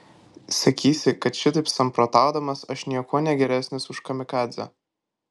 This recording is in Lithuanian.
sakysi kad šitaip samprotaudamas aš niekuo negeresnis už kamikadzę